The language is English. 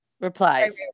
Replies